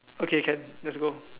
okay can let's go